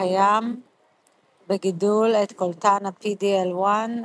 כשקיים בגידול את קולטן הPDL-1,